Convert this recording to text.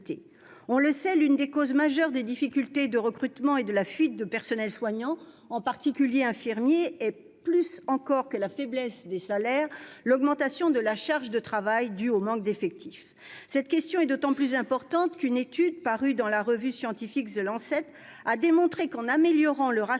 On le sait, l'une des causes majeures des difficultés de recrutement et de la fuite de personnels soignants, en particulier infirmiers, est, plus encore que la faiblesse des salaires, l'augmentation de la charge de travail due au manque d'effectifs. Cette question est d'autant plus importante qu'une étude, parue dans la revue scientifique, a démontré qu'améliorer le ratio